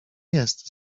jest